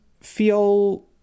feel